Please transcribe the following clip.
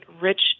rich